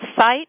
site